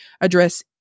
address